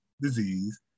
disease